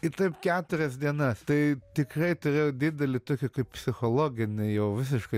ir taip keturias dienas tai tikrai turėjau didelį tokį psichologinį jau visiškai